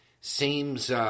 seems